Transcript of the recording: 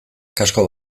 kasko